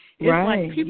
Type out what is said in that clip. Right